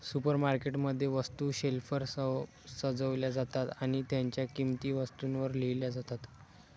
supermarket मध्ये, वस्तू शेल्फवर सजवल्या जातात आणि त्यांच्या किंमती वस्तूंवर लिहिल्या जातात